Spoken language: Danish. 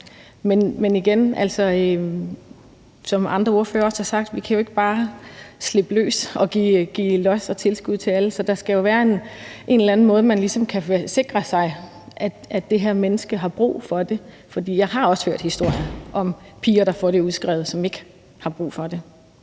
jeg sige, som andre ordførere også har sagt, at vi jo ikke bare kan give los og slippe det løs og give tilskud til alle. Så der skal jo være en eller anden måde, hvorpå man ligesom kan sikre sig, at det her menneske har brug for det. For jeg har også hørt historier om piger, der får det udskrevet, men som ikke har brug for det.